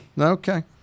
Okay